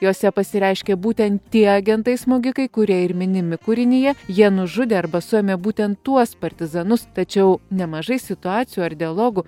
jose pasireiškė būtent tie agentai smogikai kurie ir minimi kūrinyje jie nužudė arba suėmė būtent tuos partizanus tačiau nemažai situacijų ar dialogų